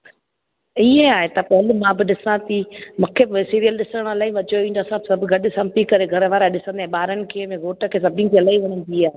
ईअं आहे त पहले मां बि ॾिसा थी मूंखे सीरियल ॾिसणु इलाही मज़ो ईंदो आहे सभु सभु गॾु सभु थी करे घरवारा ॾिसंदा आहियूं ॿारनि खे बि घोट खे सभिनी खे इलाही वणंदी आहे